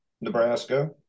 Nebraska